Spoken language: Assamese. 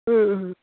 ও ও